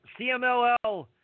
CMLL